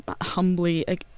humbly